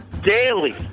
Daily